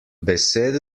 besed